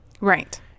Right